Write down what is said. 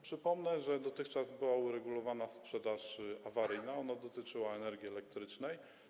Przypomnę, że dotychczas była uregulowana sprzedaż awaryjna, dotyczyła energii elektrycznej.